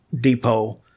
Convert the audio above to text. depot